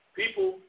people